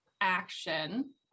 action